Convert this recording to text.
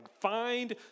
Find